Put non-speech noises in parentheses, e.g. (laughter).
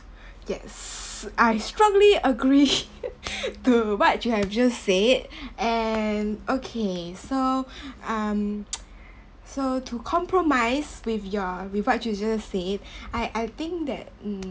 (breath) yes I strongly agree (laughs) to what you have just said and okay so um (noise) so to compromise with your with what you've just said I I think that um